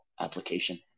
application